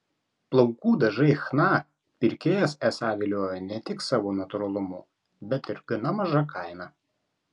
plaukų dažai chna pirkėjas esą viliojo ne tik savo natūralumu bet ir gana maža kaina